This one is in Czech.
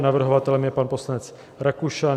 Navrhovatelem je pan poslanec Rakušan.